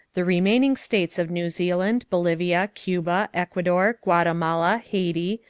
the remaining states of new zealand, bolivia, cuba, ecuador, guatemala, haiti,